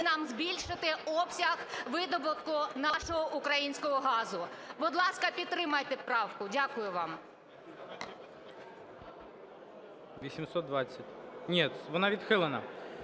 820. Ні, вона відхилена.